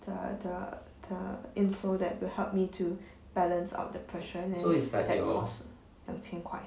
the the the insole that will help me to balance out the pressure then that costs 两千块